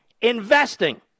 investing